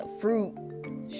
fruit